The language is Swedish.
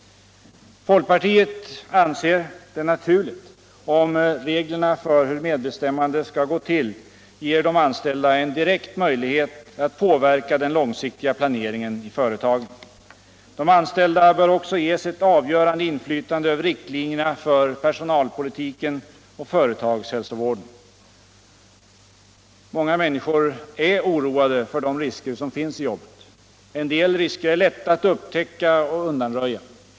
Folkpartiet anser det naturligt om reglerna för hur medbestämmandet skall gå ull ger de anställda en direkt möjlighet att påverka den långsiktiga planceringen i företagen. De anställda bör också ges ett avgörande inflytande över riktlinjerna för personalpolitiken och företagshälsovården. Många människor är oroade för de risker som finns i jobbet. En del risker är lätta att upptäcka och undanröja.